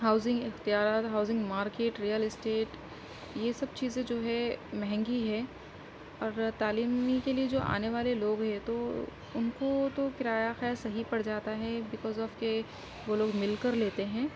housing اختیارات housing market real estate یہ سب چیزیں جو ہیں مہنگی ہے اور تعلیمی کے لیے جو آنے والے لوگ ہیں تو ان کو تو کرایہ خیر صحیح پڑ جاتا ہے بیکاز آف کہ وہ لوگ مل کر لیتے ہیں